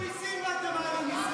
אמרתם שלא תעלו מיסים, ואתם מעלים מיסים.